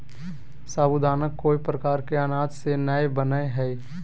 साबूदाना कोय प्रकार के अनाज से नय बनय हइ